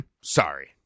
sorry